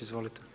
Izvolite.